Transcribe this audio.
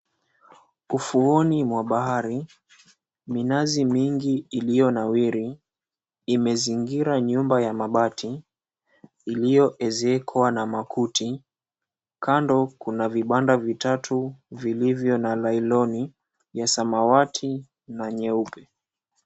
Ufuoni mwa bahari. Minazi nyingi iliyonawiri imezingira nyumba ya mabati iliyoezekwa na makuti. Kando kuna vibanda vitatatu vilivyo na lailoni ya samawati na nyeupe.